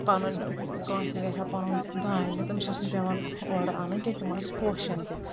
پَنُن کٲنٛسہِ نیرِ ہا پَنُن دانہِ تٔمِس اوس نہٕ پؠوان اورٕ اَنُن کینٛہہ تِمَن اوس پوشَان تہِ